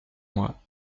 moi